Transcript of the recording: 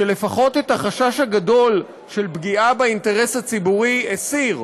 שלפחות את החשש הגדול של פגיעה באינטרס הציבורי הסיר,